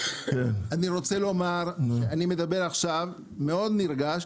אני מדבר עכשיו מאוד נרגש,